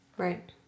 Right